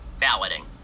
balloting